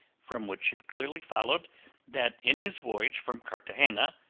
from which it clearly followed that in his voyage from cartagena,